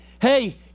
hey